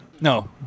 No